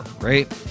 Right